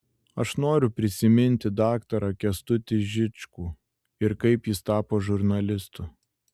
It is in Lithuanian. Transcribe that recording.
aš noriu prisiminti daktarą kęstutį žičkų ir kaip jis tapo žurnalistu